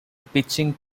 pitching